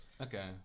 okay